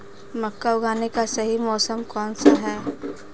मक्का उगाने का सही मौसम कौनसा है?